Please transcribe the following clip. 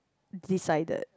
decided